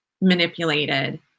manipulated